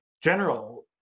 general